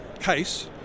case